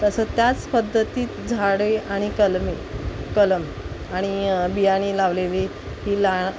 तसं त्याच पद्धतीत झाडे आणि कलमे कलम आणि बियाणी लावले ही ला